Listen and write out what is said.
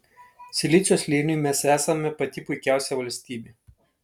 silicio slėniui mes esame pati puikiausia valstybė